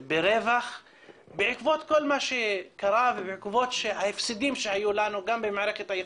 ברווח בעקבות כל מה שקרה ובמקומות שההפסדים שהיו לנו גם במערכת היחסים,